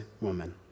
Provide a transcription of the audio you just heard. woman